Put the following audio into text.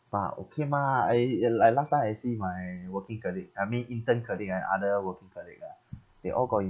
but okay mah I like last time I see my working colleague I mean intern colleague and other working colleague ah they all got